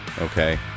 Okay